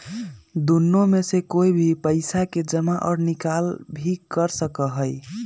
दुन्नो में से कोई भी पैसा के जमा और निकाल भी कर सका हई